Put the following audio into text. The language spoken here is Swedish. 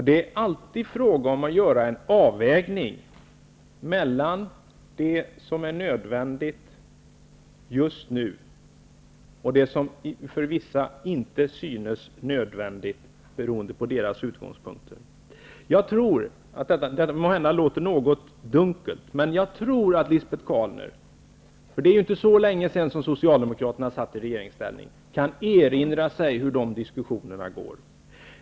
Det är alltid fråga om att göra en avvägning mellan det som är nödvändigt just nu och det som för vissa inte synes nödvändigt, beroende på deras utgångspunkter. Måhända låter det något dunkelt, Lisbet Calner, men det är inte så länge sedan Socialdemokraterna satt i regeringsställning, och jag tror att Lisbet Calner kan erinra sig hur de diskussionerna går.